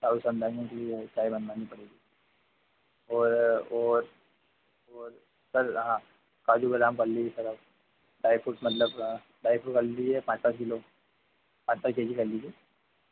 और सब चाय बनवानी पड़ेगी और और सर हाँ काजू बादाम वाली ड्राई फ्रूइट्स मतलब ड्राई फ्रूइट्स का लिख लीजिए पाँच पाँच किलो पाँच पाँच के जी कर लीजिए